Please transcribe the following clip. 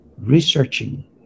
Researching